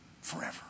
forever